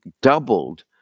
doubled